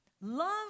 love